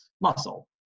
muscle